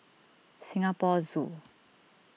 Singapore Zoo